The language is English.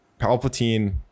Palpatine